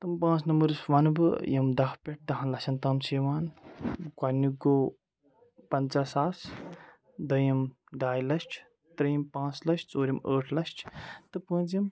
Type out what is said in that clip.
تِم پانٛژھ نمبٲرٕس ونہٕ بہٕ یِم دَہ پٮ۪ٹھ دَہَن لَچھَن تام چھِ یِوان گۄڈٕنیُک گوٚو پَنٛژاہ ساس دوٚیِم ڈاے لَچھ ترٛیٚیِم پٲنٛژھ لَچھ ژوٗرِم ٲٹھ لَچھ تہٕ پٲنٛژِم